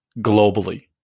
globally